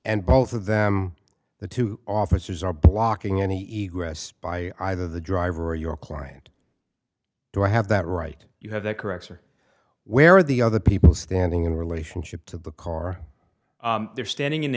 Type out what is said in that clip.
and both of them the two officers are blocking any eagerness by either the driver or your client do i have that right you have the correct or where are the other people standing in relationship to the car they're standing in